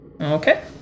Okay